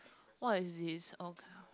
what is this okay